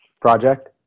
project